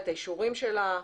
את האישורים שלה,